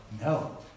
no